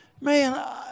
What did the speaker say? man